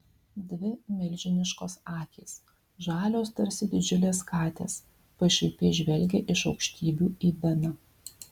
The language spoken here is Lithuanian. dvi milžiniškos akys žalios tarsi didžiulės katės pašaipiai žvelgė iš aukštybių į beną